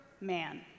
man